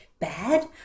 bad